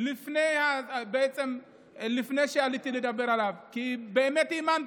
לפני שעליתי לדבר עליו, כי באמת האמנתי.